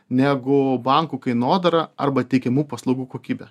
negu bankų kainodara arba teikiamų paslaugų kokybė